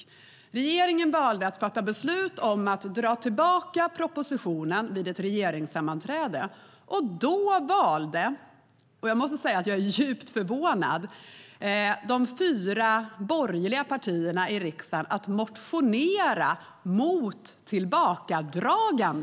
Regeringen valde vid ett regeringssammanträde att fatta beslut om att dra tillbaka propositionen. Då valde - och jag måste säga att jag är djupt förvånad - de fyra borgerliga partierna i riksdagen att motionera mot tillbakadragandet.